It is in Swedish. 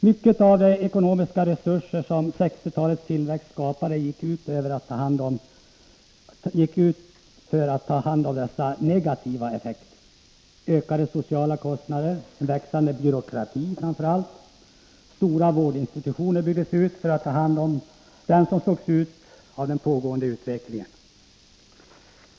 Mycket av de ekonomiska resurser som 1960-talets tillväxt skapade gick åt för att ta hand om denna tillväxts negativa effekter. Vi fick ökade sociala kostnader och framför allt en växande byråkrati, och stora vårdinstitutioner byggdes ut för att ta hand om dem som slogs ut av den pågående utvecklingen.